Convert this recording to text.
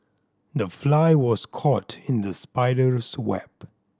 the fly was caught in the spider's web